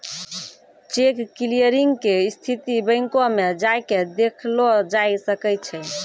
cheque clearing के स्थिति बैंको मे जाय के देखलो जाय सकै छै